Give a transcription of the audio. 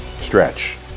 stretch